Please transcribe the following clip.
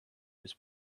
his